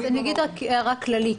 אני אגיד רק הערה כללית.